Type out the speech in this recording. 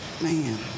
man